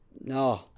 no